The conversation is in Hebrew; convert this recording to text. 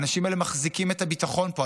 האנשים האלה מחזיקים את הביטחון פה.